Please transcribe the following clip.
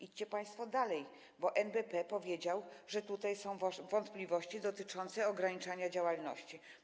Idźcie państwo dalej, bo NBP stwierdził, że są wątpliwości dotyczące ograniczania działalności.